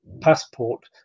passport